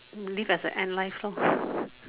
live as a ant life lor